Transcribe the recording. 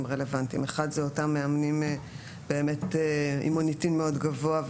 רלוונטיים: האחד הוא אותם מאמנים עם מוניטין מאוד גבוה,